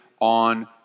on